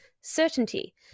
certainty